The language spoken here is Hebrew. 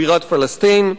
בירת פלסטין.